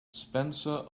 spencer